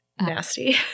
Nasty